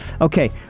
okay